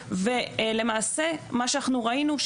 ולמעשה מה שאנחנו ראינו,